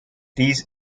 these